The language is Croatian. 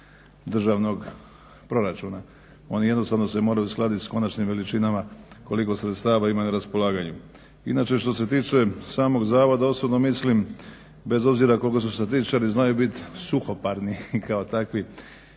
državnog proračuna. Oni jednostavno se moraju uskladit s konačnim veličinama koliko sredstava imaju na raspolaganju. Inače što se tiče samog zavoda osobno mislim, bez obzira koliko statističari znaju biti suhoparni kao takvi,